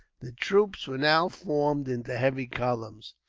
the troops were now formed into heavy columns,